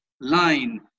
line